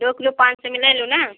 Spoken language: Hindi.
दो किलो पाँच सौ में ले लो ना